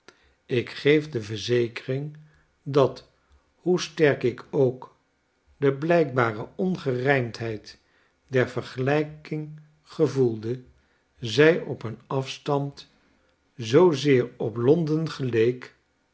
ik geef de verzekering dat hoe sterk ik ook de blijkbare ongerijmdheid der vergelyking gevoelde zij op een afstand zoozeer op londen geleek